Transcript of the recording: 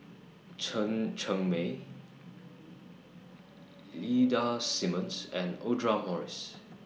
Chen Cheng Mei Ida Simmons and Audra Morrice